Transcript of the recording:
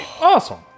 Awesome